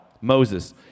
Moses